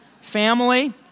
family